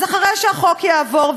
אז אחרי שהחוק יעבור,